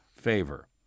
favor